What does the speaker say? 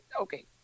Okay